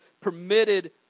permitted